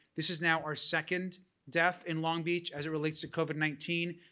this is now our second death in long beach as it relates to covid nineteen.